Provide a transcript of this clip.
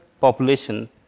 population